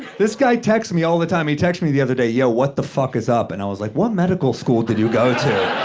this guy texts me all the time. he texted me the other day, yo, what the is up? and i was like what medical school did you go to?